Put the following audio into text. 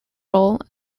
role